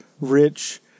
rich